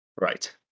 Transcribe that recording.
Right